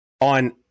on